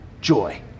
Joy